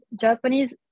Japanese